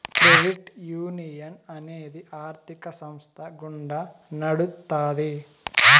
credit union అనేది ఆర్థిక సంస్థ గుండా నడుత్తాది